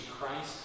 Christ